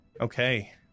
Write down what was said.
Okay